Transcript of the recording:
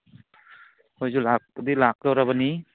ꯑꯩꯈꯣꯏꯁꯨ ꯂꯥꯛꯄꯨꯗꯤ ꯂꯥꯛꯇꯣꯔꯕꯅꯤ